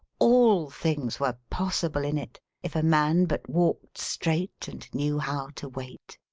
all things were possible in it if a man but walked straight and knew how to wait.